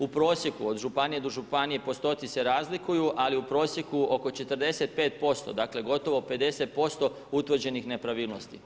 U prosjeku od županije do županije, postoci se razlikuju, ali u prosjeku, oko 45%, dakle gotovo 50% utvrđenih nepravilnosti.